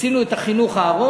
עשינו את יום החינוך הארוך,